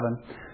seven